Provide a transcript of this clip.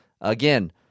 again